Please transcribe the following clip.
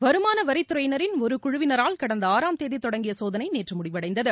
வருமான வரித்துறையின் ஒரு குழுவினரால் கடந்த ஆறாம் தேதி தொடங்கிய சோதனை நேற்று முடிவடைந்தது